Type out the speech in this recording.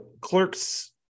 Clerks